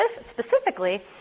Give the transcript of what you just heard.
specifically